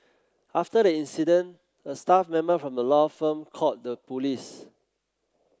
after the incident a staff member from the law firm called the police